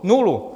Nulu!